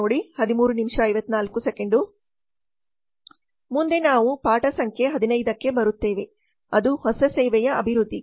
ಮುಂದೆ ನಾವು ಪಾಠ ಸಂಖ್ಯೆ 15 ಕ್ಕೆ ಬರುತ್ತೇವೆ ಅದು ಹೊಸ ಸೇವೆಯ ಅಭಿವೃದ್ಧಿ